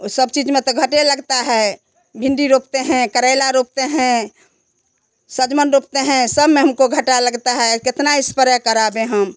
वो सब चीज में तो घाटा ही लगता है भिंडी रोकते हैं करेला रोकते हैं सागमन रोकते हैं सब में हमको घाटा लगता है कितना स्प्रे करावे हम